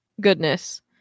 goodness